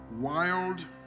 wild